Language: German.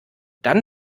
dann